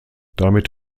damit